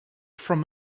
from